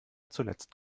zuletzt